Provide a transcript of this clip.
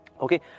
Okay